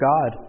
God